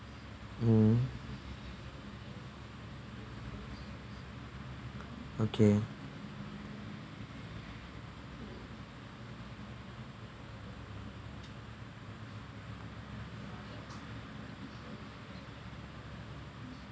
mm okay